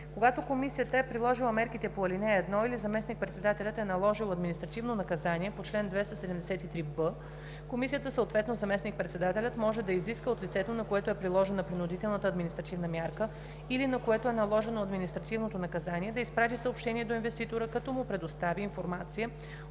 Когато комисията е приложила мерките по ал. 1 или заместник-председателят е наложил административно наказание по чл. 273б, комисията, съответно заместник-председателят, може да изиска от лицето, на което е приложена принудителната административна мярка или на което е наложено административното наказание, да изпрати съобщение до инвеститора, като му предостави информация